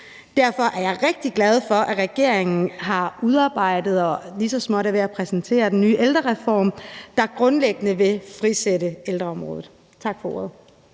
Derfor er jeg rigtig glad for, at regeringen har udarbejdet og lige så småt er ved at præsentere den nye ældrereform, der grundlæggende vil frisætte ældreområdet. Tak for ordet.